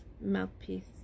mouthpiece